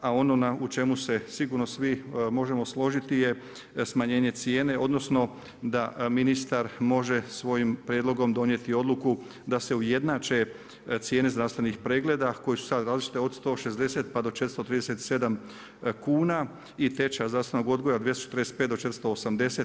A ono u čemu se sigurno svi možemo složiti je smanjenje cijene, odnosno da ministar može svojim prijedlogom donijeti odluku da se ujednače cijene zdravstvenih pregleda koje su sad različite od 160 pa do 437 kuna i tečaja zdravstvenog odgoja 245 do 480.